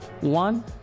One